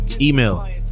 Email